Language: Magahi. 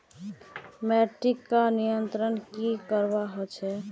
मार्केटिंग का नियंत्रण की करवा होचे?